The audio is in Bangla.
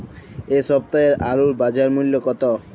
এ সপ্তাহের আলুর বাজার মূল্য কত?